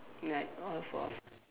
like all four of us